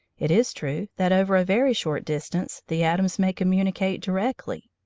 it is true that over a very short distance the atoms may communicate directly.